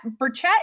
Burchett